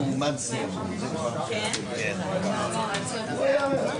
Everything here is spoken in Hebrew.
לכו להליך אזרחי, תוותרו על כתב איושם.